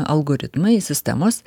algoritmai sistemos